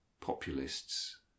populists